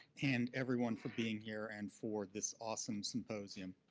and everyone for being here and for this awesome symposium.